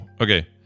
okay